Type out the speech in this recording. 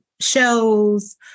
shows